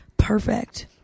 perfect